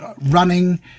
running